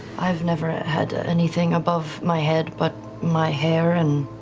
i've never had anything above my head but my hair, and,